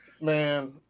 Man